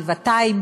בגבעתיים,